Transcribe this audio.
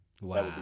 Wow